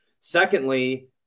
secondly